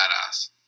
badass